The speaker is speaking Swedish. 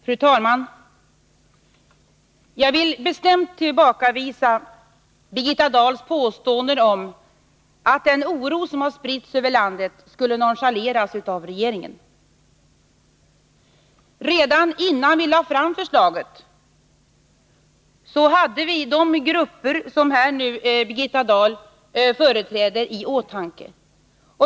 Fru talman! Jag vill bestämt tillbakavisa Birgitta Dahls påståenden om att den oro som har spritt sig över landet skulle nonchaleras av regeringen. Redan innan vi lade fram förslaget hade vi de grupper som Birgitta Dahl företräder i åtanke.